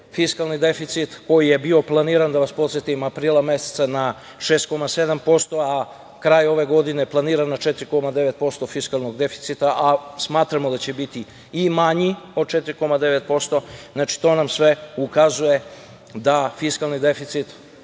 fiskalni deficit, koji je bio planiran, da vas podsetim, aprila meseca na 6,7% a kraj ove godine planiran na 4,9% fiskalnog deficita, a smatramo da će biti i manji od 4,9%. Znači, to nam sve ukazuje da fiskalni deficit